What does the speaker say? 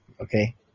Okay